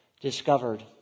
discovered